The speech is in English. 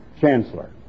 Chancellor